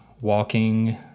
walking